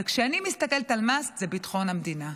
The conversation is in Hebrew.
וכשאני מסתכלת על must, זה ביטחון המדינה.